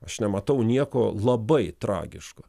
aš nematau nieko labai tragiško